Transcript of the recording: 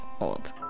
old